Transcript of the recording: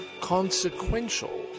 consequential